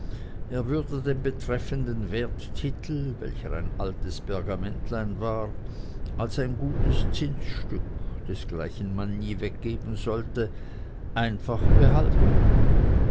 er würde den betreffenden werttitel welcher ein altes pergamentlein war als ein gutes zinsstück desgleichen man nie weggeben sollte einfach behalten